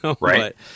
Right